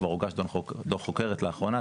כבר הוגש דוח חוקרת לאחרונה,